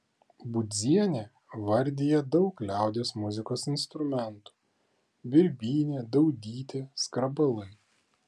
budzienė vardija daug liaudies muzikos instrumentų birbynė daudytė skrabalai